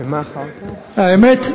האמת,